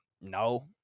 No